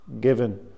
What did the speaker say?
given